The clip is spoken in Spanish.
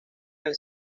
del